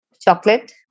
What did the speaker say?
chocolate